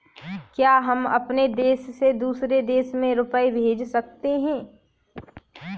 क्या हम अपने देश से दूसरे देश में रुपये भेज सकते हैं?